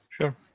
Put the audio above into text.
Sure